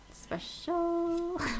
special